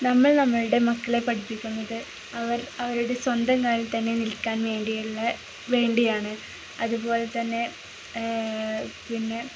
നമ്മൾ നമ്മളുടെ മക്കളെ പഠിപ്പിക്കുന്നത് അവർ അവരുടെ സ്വന്തം കാലിൽ തന്നെ നിൽക്കാൻ വേണ്ടിയുള്ള വേണ്ടിയാണ് അതുപോലെ തന്നെ ആ പിന്നെ